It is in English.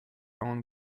own